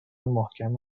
محکم